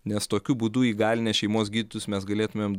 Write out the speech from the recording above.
nes tokiu būdu įgalinę šeimos gydytojus mes galėtumėm